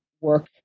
work